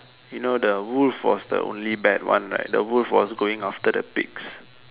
you know the wolf was the only bad one right the wolf was going after the pigs